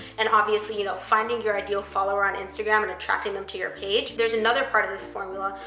and obviously you know finding your ideal follower on instagram and attracting them to your page, there's another part of this formula,